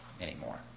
anymore